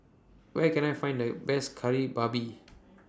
Where Can I Find The Best Kari Babi